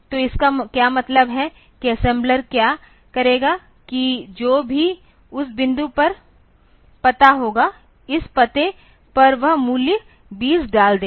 तो इसका क्या मतलब है कि असेम्बलर क्या करेगा कि जो भी उस बिंदु पर पता होगा इस पते पर वह मूल्य 20 डाल देगा